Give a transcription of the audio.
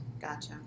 Gotcha